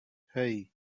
hey